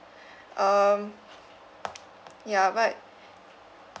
um ya but